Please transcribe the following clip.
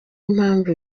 impamvu